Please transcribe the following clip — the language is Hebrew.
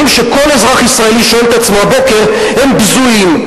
שכל אזרח שואל את עצמו הבוקר הם בזויים.